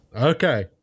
okay